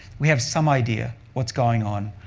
we have some idea what's going on.